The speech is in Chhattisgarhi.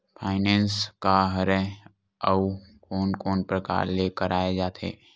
फाइनेंस का हरय आऊ कोन कोन प्रकार ले कराये जाथे?